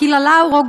"אכילה לאורו",